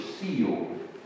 sealed